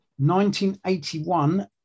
1981